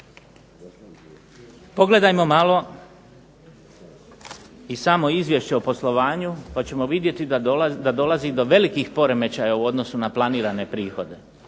Pogledajmo malo i samo izvješće o poslovanju, pa ćemo vidjeti da dolazi do velikih poremećaja u odnosu na planirane prihode.